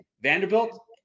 Vanderbilt